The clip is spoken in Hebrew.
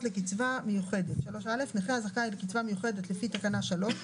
לקצבה מיוחדת 3א. נכה הזכאי לקצבה מיוחדת לפי תקנה 3,